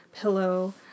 Pillow